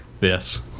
Yes